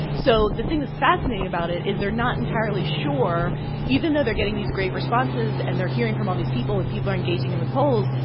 so the thing that's fascinating about it is they're not entirely sure even though they're getting these great responses and they're hearing from all these people and people are engaging and with polls,